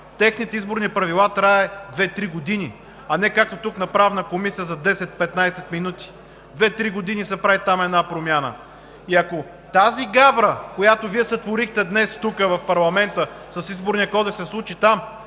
техните изборни правила трае 2 – 3 години, а не както тук, на Правната комисия, за 10 – 15 минути. Там 2 – 3 години се прави една промяна. И ако тази гавра, която Вие сътворихте днес в парламента с Изборния кодекс, се случи там,